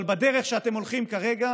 אבל בדרך שאתם הולכים כרגע